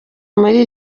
muri